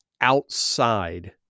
outside